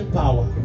power